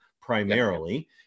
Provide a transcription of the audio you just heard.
primarily